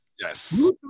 Yes